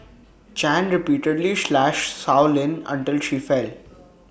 chan repeatedly slashed Sow Lin until she fell